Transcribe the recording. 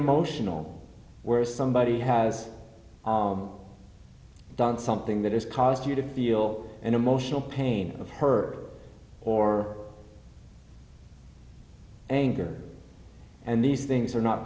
emotional where somebody has done something that has caused you to feel an emotional pain of hurt or anger and these things are not